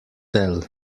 tell